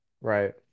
Right